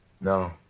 No